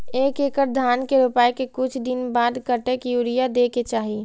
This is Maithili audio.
एक एकड़ धान के रोपाई के कुछ दिन बाद कतेक यूरिया दे के चाही?